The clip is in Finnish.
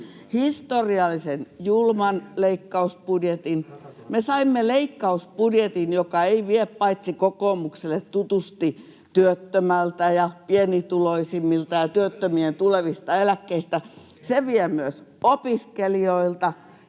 historiallisen julman leikkausbudjetin, me saimme leikkausbudjetin, joka ei vie vain kokoomukselle tutusti työttömiltä ja pienituloisimmilta ja työttömien tulevista eläkkeistä vaan myös opiskelijoilta,